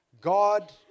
God